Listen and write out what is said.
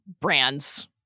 brands